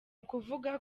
ukuvuga